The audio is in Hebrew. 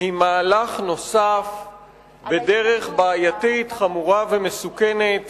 היא מהלך נוסף בדרך בעייתית, חמורה ומסוכנת